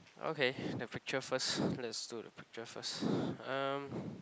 okay the picture first let's do the picture first um